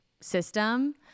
system